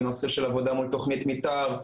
בנושא של עבודה מול תוכנית מתאר,